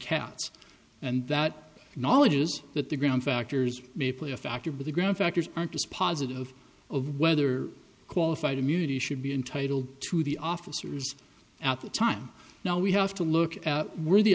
katz and that knowledge is that the ground factors may play a factor but the grand factors aren't as positive of whether qualified immunity should be entitled to the officers at the time now we have to look at where the